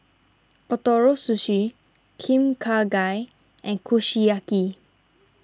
Ootoro Sushi Kim Kha Gai and Kushiyaki